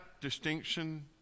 distinction